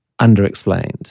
underexplained